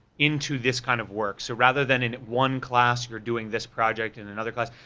into this kind of work. so rather than in one class you're doing this project, in another class,